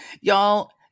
Y'all